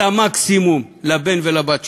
את המקסימום, לבן ולבת שלכם.